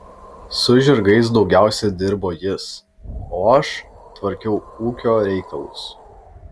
su žirgais daugiausiai dirbo jis o aš tvarkiau ūkio reikalus